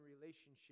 relationship